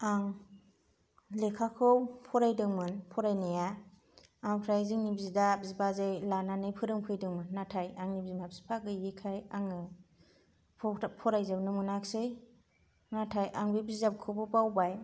आं लेखाखौ फरायदोंमोन फरायनाया ओमफ्राय जोंनि बिदा बिबाजै लानानै फोरोंफैदोंमोन नाथाय आंनि बिमा बिफा गैयिखाय आङो फरायजोबनो मोनाखिसै नाथाय आं बे बिजाबखौबो बावबाय